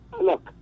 look